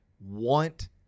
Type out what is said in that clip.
want